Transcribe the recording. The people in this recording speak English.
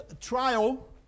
trial